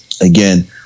again